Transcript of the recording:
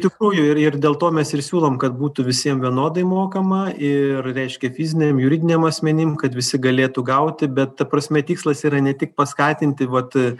tikrųjų ir ir dėl to mes ir siūlom kad būtų visiem vienodai mokama ir reiškia fiziniam juridiniam asmenim kad visi galėtų gauti bet ta prasme tikslas yra ne tik paskatinti vat